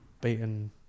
beaten